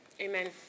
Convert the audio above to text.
amen